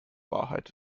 wahrheit